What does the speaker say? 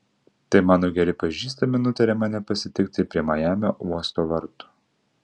tai mano geri pažįstami nutarė mane pasitikti prie majamio uosto vartų